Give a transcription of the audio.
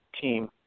team